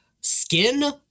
Skin